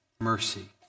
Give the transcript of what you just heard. Mercy